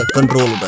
Control